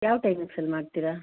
ಯಾವ ಟೈಮಿಂಗ್ಸಲ್ಲಿ ಮಾಡ್ತೀರಾ